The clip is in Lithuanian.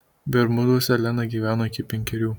bermuduose lena gyveno iki penkerių